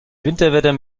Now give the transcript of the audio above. winterwetter